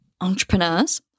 entrepreneurs